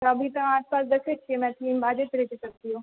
अभी तऽ आसपास देखैत छियै मैथिलीमे बाजैत रहैत छै सभ केओ